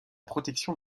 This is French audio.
protection